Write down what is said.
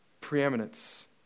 Preeminence